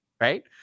Right